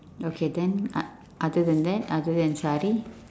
okay then o~ other than that other than sari